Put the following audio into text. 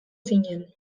zinen